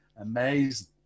Amazing